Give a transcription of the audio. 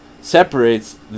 separates